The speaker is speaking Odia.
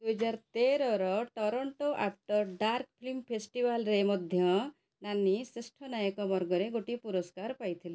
ଦୁଇହଜାର ତେରର ଟରଣ୍ଟୋ ଆଫ୍ଟର୍ ଡାର୍କ ଫିଲ୍ମ ଫେଷ୍ଟିଭାଲ୍ରେ ମଧ୍ୟ ନାନୀ ଶ୍ରେଷ୍ଠ ନାୟକ ବର୍ଗରେ ଗୋଟିଏ ପୁରସ୍କାର ପାଇଥିଲେ